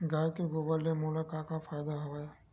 गाय के गोबर ले मोला का का फ़ायदा हवय?